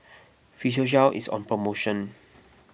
Physiogel is on promotion